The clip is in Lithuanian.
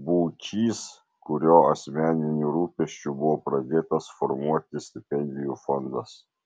būčys kurio asmeniniu rūpesčiu buvo pradėtas formuoti stipendijų fondas